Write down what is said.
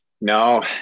No